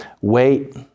wait